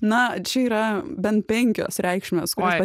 na čia yra bent penkios reikšmės oi